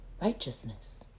righteousness